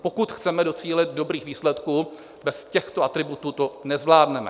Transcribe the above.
Pokud chceme docílit dobrých výsledků, bez těchto atributů to nezvládneme.